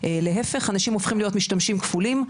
להיפך אנשים הופכים להיות משתמשים כפולים,